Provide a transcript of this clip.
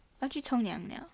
我要去冲凉了